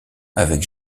avec